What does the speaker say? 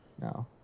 No